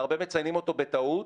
והרבה מציינים אותו בטעות,